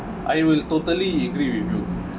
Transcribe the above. I will totally agree with you